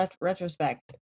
retrospect